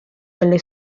delle